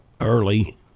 early